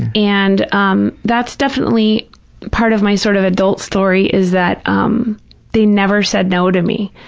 and um that's definitely part of my sort of adult story, is that um they never said no to me,